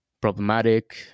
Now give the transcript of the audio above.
problematic